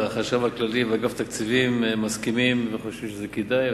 החשב הכללי ואגף תקציבים מסכימים וחושבים שזה כדאי,